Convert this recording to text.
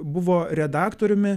buvo redaktoriumi